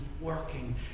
working